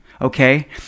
Okay